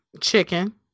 chicken